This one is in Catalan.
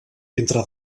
entre